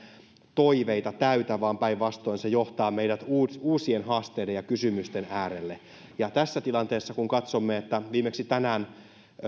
toiveita täytä vaan päinvastoin se johtaa meidät uusien uusien haasteiden ja kysymysten äärelle tässä tilanteessa kun katsomme että viimeksi tänään